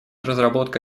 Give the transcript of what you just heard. разработка